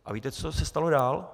A víte, co se stalo dál?